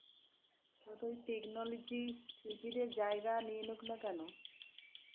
যতই টেকনোলজি শিল্পীদের জায়গা নিয়ে নিক না কেন